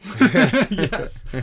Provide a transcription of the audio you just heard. Yes